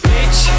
Bitch